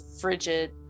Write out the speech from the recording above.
frigid